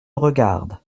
regarde